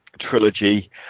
Trilogy